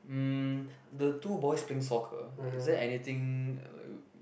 um the two boys playing soccer is there anything like